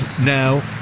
now